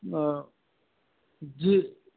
جی